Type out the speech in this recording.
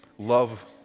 Love